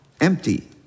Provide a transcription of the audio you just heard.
empty